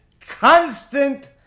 constant